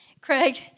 Craig